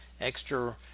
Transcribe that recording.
extra